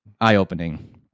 eye-opening